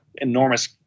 enormous